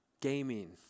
gaming